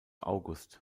august